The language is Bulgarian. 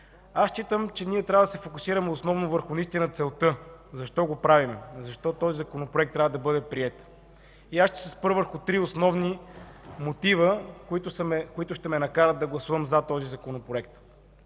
Считам, че ние трябва да се фокусираме основно върху целта – защо го правим, защо този Законопроект трябва да бъде приет. Ще се спра върху три основни мотива, които ще ме накарат да гласувам „за” този Законопроект.